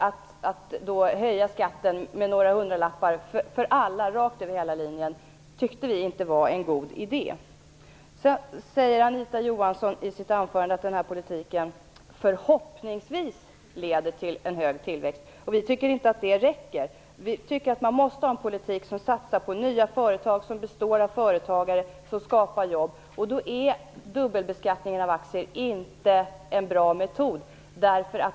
Att då höja skatten med några hundralappar för alla rakt över hela linjen tyckte vi inte var någon god idé. Sedan sade Anita Johansson i sitt anförande att den här politiken förhoppningsvis leder till en hög tillväxt. Vi tycker inte att det räcker. Man måste ha en politik där man satsar på nya företag som ägs av företagare som skapar jobb. Då är dubbelbeskattning av aktier inte en bra metod.